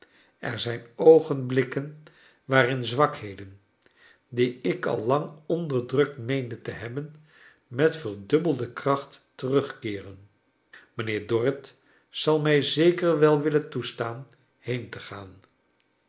er zijn oogenblikken waarin zwakheden die ik al lang onderdrukt meende te hebben met verdnbbelde kracht terugkeeren mijnheer dorrit zal mij zeker wel willen toestaan heen te gan